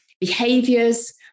behaviors